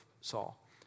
Saul